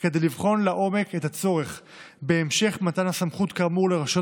כדי לבחון לעומק את הצורך בהמשך מתן הסמכות כאמור לרשויות